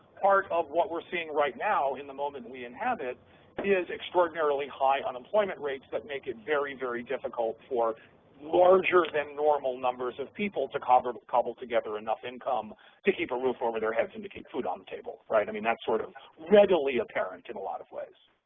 part of what we're seeing right now in the moment we inhabit is extraordinarily high unemployment rates that make it very, very difficult for larger than normal numbers of people to cobble together enough income to keep a roof over their heads and to keep food on the table, right. i mean that's sort of readily apparent in a lot of ways.